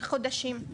לא,